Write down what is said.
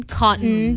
cotton